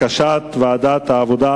בקשת ועדת העבודה,